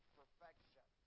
perfection